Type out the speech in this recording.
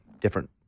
different